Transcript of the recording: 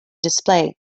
display